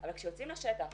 אבל כשיוצאים לשטח